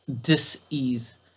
dis-ease